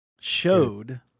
showed